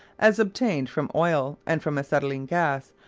as obtained from oil and from acetylene gas,